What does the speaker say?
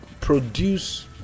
produce